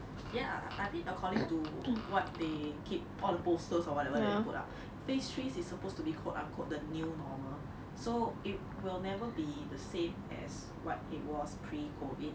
ya I mean according to what they keep all the posters or whatever they put up phase three is supposed to be quote unquote the new normal so it will never be the same as what it was pre COVID